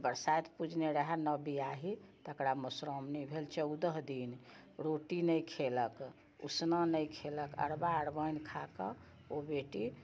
बरसाइत पूजने रहै नब बिआही तकरा मौधश्रावणी भेल चौदह दिन रोटी नहि खेलक उसना नहि खेलक अरबा अरबैन खाके ओ बेटी